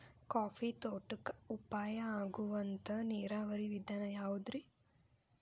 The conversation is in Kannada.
ಕಾಫಿ ತೋಟಕ್ಕ ಉಪಾಯ ಆಗುವಂತ ನೇರಾವರಿ ವಿಧಾನ ಯಾವುದ್ರೇ?